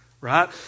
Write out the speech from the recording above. right